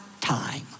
time